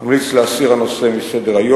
ממליץ להסיר את הנושא מסדר-היום.